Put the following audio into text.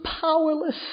powerless